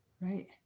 Right